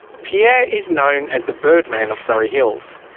pierre is known as the birdman of surry hills.